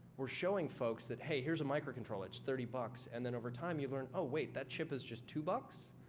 we're showing folks that, hey, here's a microcontroller. it's thirty bucks. and then, over time you learn, oh wait that chip is just two bucks?